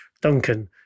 Duncan